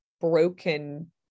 broken